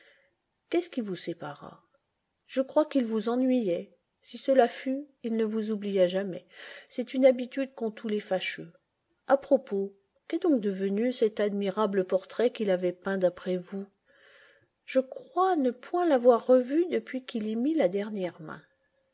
qu'est-ce qui vous sépara je crois qu'il vous ennuyait si cela fut il ne vous oublia jamais c'est une habitude qu'ont tous les fâcheux a propos qu'est donc devenu cet admirable portrait qu'il avait peint d'après vous je crois ne point l'avoir revu depuis qu'il y mit la dernière main